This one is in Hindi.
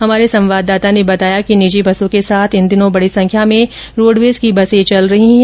हमारे संवाददाता ने बताया है कि निजी बसों के साथ इन दिनों बड़ी संख्या में रोड़वेज की बसे संचालित हो रही हैं